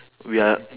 we are